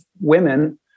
women